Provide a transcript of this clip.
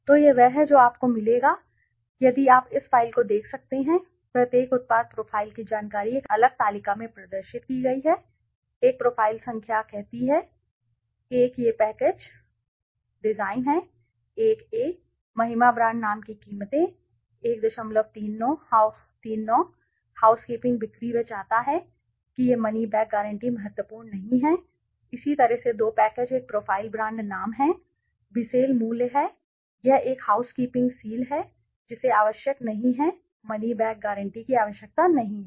तो यह वही है जो आपको मिलेगा यदि आप इस फ़ाइल को देख सकते हैं प्रत्येक उत्पाद प्रोफ़ाइल की जानकारी एक अलग तालिका में प्रदर्शित की गई है एक प्रोफ़ाइल संख्या 1 कहती है 1 यह 1 पैकेज डिज़ाइन है 1 ए महिमा ब्रांड नाम की कीमतें 139 हाउसकीपिंग बिक्री वह चाहता है कि यह मनी बैक गारंटी महत्वपूर्ण नहीं है इसी तरह से दो पैकेज एक प्रोफाइल ब्रांड नाम है बिसेल मूल्य है यह एक हाउसकीपिंग सील है जिसे आवश्यक नहीं है मनी बैक गारंटी की आवश्यकता नहीं है